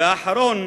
והאחרון,